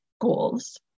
goals